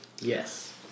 Yes